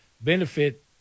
benefit